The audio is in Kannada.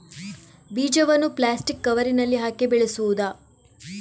ಬೀಜವನ್ನು ಪ್ಲಾಸ್ಟಿಕ್ ಕವರಿನಲ್ಲಿ ಹಾಕಿ ಬೆಳೆಸುವುದಾ?